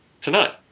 tonight